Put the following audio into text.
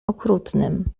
okrutnym